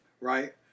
right